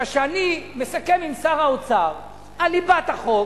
מפני שאני מסכם עם שר האוצר על ליבת החוק,